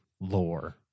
Lore